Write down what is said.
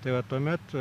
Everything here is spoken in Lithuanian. tai va tuomet